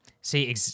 See